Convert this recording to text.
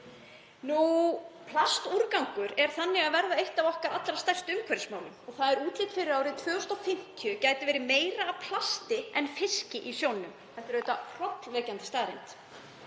Plastúrgangur er því að verða eitt af okkar allra stærstu umhverfismálum og það er útlit fyrir að árið 2050 gæti verið meira af plasti en fiski í sjónum. Þetta er auðvitað hrollvekjandi staðreynd.